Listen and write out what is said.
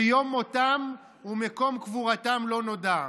שיום מותם ומקום קבורתם לא נודע.